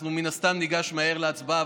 אנחנו מן הסתם ניגש מהר להצבעה,